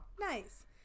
Nice